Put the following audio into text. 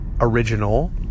original